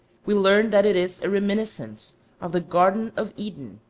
we learn that it is a reminiscence of the garden of eden,